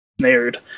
snared